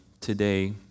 today